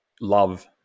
Love